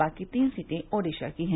बाकी तीन सीटें ओडिसा की हैं